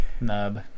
Nub